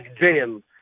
jail